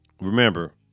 Remember